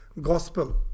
gospel